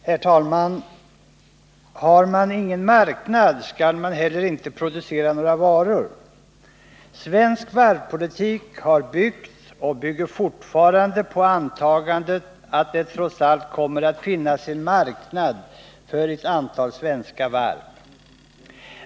Herr talman! Har man ingen marknad skall man inte heller producera några varor. Svensk varvspolitik har byggt — och bygger fortfarande — på antagandet att det trots allt kommer att finnas en marknad för ett antal svenska varv.